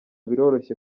biroroshye